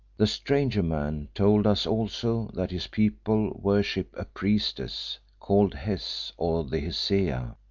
the stranger-man told us also that his people worship a priestess called hes or the hesea,